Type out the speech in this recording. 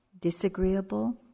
disagreeable